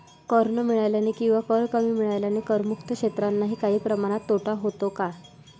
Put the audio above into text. कर न मिळाल्याने किंवा कर कमी मिळाल्याने करमुक्त क्षेत्रांनाही काही प्रमाणात तोटा होतो का?